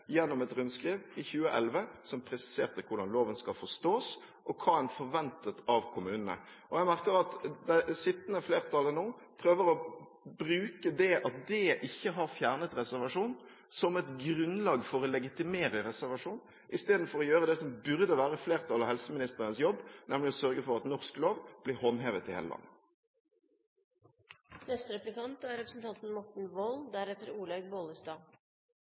gjennom et rundskriv i 2011, der en presiserte hvordan loven skal forstås, og hva en forventet av kommunene. Jeg merker meg at det sittende flertallet nå prøver å bruke det at det ikke har fjernet reservasjonen, som et grunnlag for å legitimere reservasjon, istedenfor å gjøre det som burde være flertallet og helseministerens jobb, nemlig å sørge for at norsk lov blir håndhevet i hele landet. Det er verdt å huske på at et demokratis fremste kjennetegn er